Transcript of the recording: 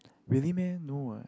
really meh no what